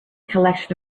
collection